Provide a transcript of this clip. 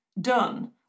done